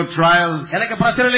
trials